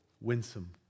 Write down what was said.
winsome